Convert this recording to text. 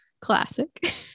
classic